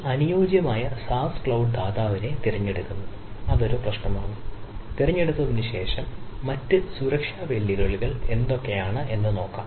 ഒരു അനുയോജ്യമായ SaaS cloud ദാതാവിനെ തിരഞ്ഞെടുക്കുന്നു അത് ഒരു പ്രശ്നമാണ് തിരഞ്ഞെടുത്തതിന് ശേഷം മറ്റ് സുരക്ഷാ വെല്ലുവിളികൾ എന്തൊക്കെയാണെന്ന് നോക്കണം